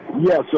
Yes